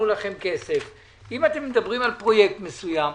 אם אתם מדברים על פרויקט מסוים,